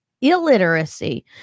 illiteracy